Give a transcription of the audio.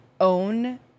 own